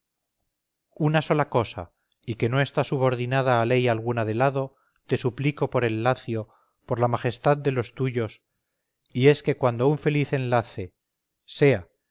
una sola cosa y que no está subordinada a ley alguna del hado te suplico por el lacio por la majestad de los tuyos y es que cuando un feliz enlace sea venga